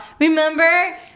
remember